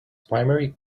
primary